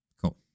Cool